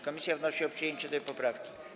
Komisja wnosi o przyjęcie tej poprawki.